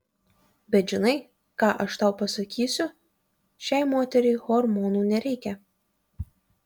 bet žinai ką aš tau pasakysiu šiai moteriai hormonų nereikia